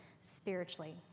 spiritually